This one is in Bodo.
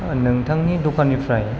नोंथांनि द'खाननिफ्राय